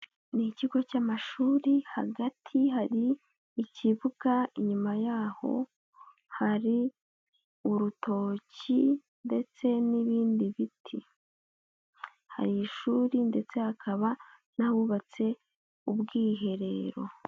Ni ikigo cy'amashuri hagati hari ikibuga, inyuma yaho hari urutoki, ndetse n'ibindi biti. Hari ishuri ndetse hakaba n'ahubatse ubwiherero.